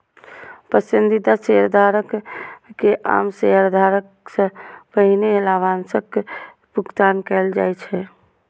पसंदीदा शेयरधारक कें आम शेयरधारक सं पहिने लाभांशक भुगतान कैल जाइ छै